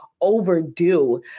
Overdue